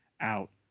out